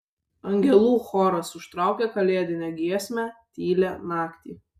angelų choras užtraukė kalėdinę giesmę tylią naktį